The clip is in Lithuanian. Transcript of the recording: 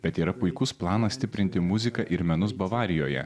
bet yra puikus planas stiprinti muziką ir menus bavarijoje